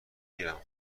گیرم